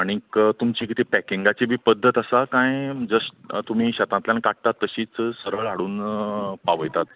आनीक तुमचें कितें पॅकिंगाची बी पद्दत आसा काय जस्ट तुमी शेतांतल्यान काडटात तशीच सरळ हाडून पावयतात